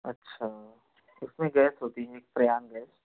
अच्छा उसमें गैस होती है एक प्रयाग गैस